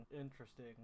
interesting